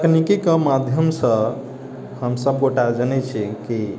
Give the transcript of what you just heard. तकनीकीके माध्यमसँ हम सभगोटा जनैत छियै कि